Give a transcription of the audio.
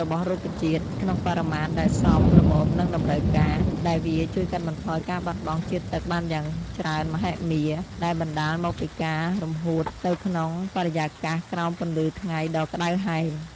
របស់រុក្ខជាតិក្នុងបរិមាណដែលសមល្មមនឹងតម្រូវការ ដែលវាជួយកាត់បន្ថយការបាត់បង់ជាតិទឹកបានយ៉ាងច្រើនមហិមាដែលបណ្ដាលមកពីការរំហួតទៅក្នុងបរិយាកាសក្រោមពន្លឺថ្ងៃដ៏ក្ដៅហែង។